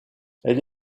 elle